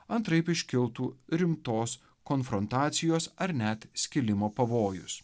antraip iškiltų rimtos konfrontacijos ar net skilimo pavojus